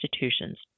institutions